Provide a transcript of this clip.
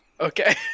Okay